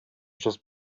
just